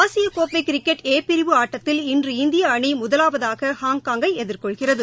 ஆசியக் கோப்பை cricket A பிரிவு ஆட்டத்தில் இன்று இந்திய அணி முதலாவதாக ஹாங்காங்கை எதிர்கொள்கிறது